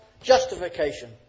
Justification